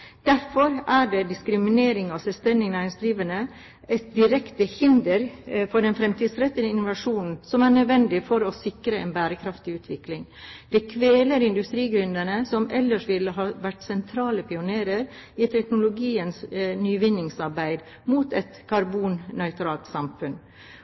Derfor er en diskriminering av selvstendig næringsdrivende et direkte hinder for fremtidsrettet innovasjon, som er nødvendig for å sikre en bærekraftig utvikling. Det kveler industrigründere, som ellers ville vært sentrale pionerer i teknologisk nyvinningsarbeid mot et